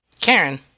Karen